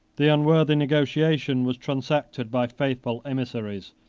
the unworthy negotiation was transacted by faithful emissaries,